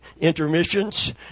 intermissions